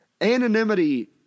Anonymity